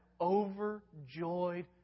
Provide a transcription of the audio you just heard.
overjoyed